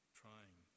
trying